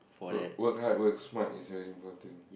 work work hard work smart is very important